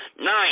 Nine